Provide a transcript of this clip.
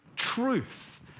Truth